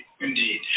Indeed